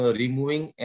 removing